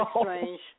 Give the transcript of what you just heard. strange